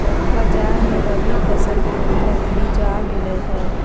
बाजार मे रबी फसल के उन्नत बीज आ गेलय हें